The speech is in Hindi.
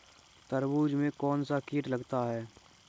तरबूज में कौनसा कीट लगता है?